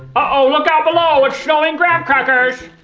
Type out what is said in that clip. ah look out below! it's snowing graham crackers.